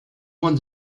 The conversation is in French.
moi